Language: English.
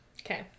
Okay